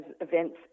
events